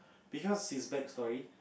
because his back story